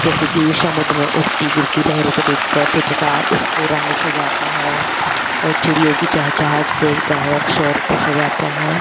जैसे कि समुद्र में उठती गिरती लहरों को देखकर चित्रकार उसको रंग सजाता है और चिड़ियों की चहेचहाहट से गायक स्वर को सजाता है